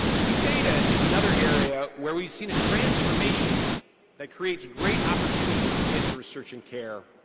big data is another area where we've seen a transformation that creates great opportunities for cancer research and care,